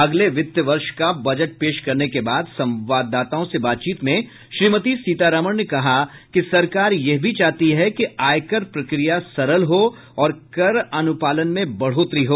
अगले वित्त वर्ष का बजट पेश करने के बाद संवाददाताओं से बातचीत में श्रीमती सीतारामन ने कहा कि सरकार यह भी चाहती है कि आयकर प्रक्रिया सरल हो और कर अनुपालन में बढ़ोतरी हो